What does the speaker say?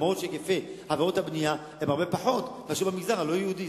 אף-על-פי שהיקפי עבירות הבנייה פחותים בהרבה מאשר במגזר הלא-יהודי.